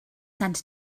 sent